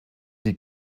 die